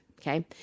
Okay